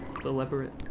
deliberate